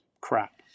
crap